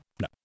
No